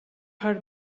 her